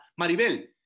Maribel